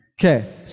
Okay